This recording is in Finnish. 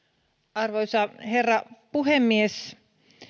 arvoisa herra puhemies